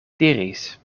diris